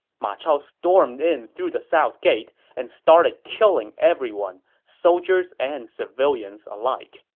ma chao stormed in through the south gate and started killing everyone, soldiers and civilians alike.